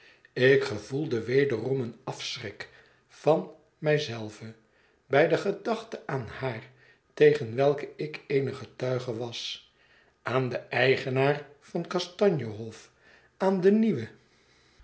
ik gevoelde wederom een afschrik van mij zelve bij de gedachte aan haar tegen welke ik eene getuige was aan den eigenaar van kastanje hof aan de nieuwe